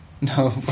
No